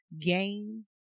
game